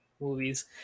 movies